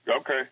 Okay